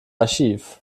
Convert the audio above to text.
archiv